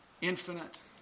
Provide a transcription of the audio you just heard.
infinite